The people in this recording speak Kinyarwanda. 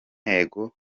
kuhakorera